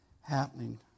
happening